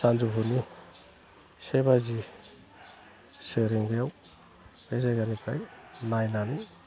सानजौफुनि से बाजि से रिंगायाव बे जायगानिफ्राय नायनानै